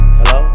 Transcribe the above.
Hello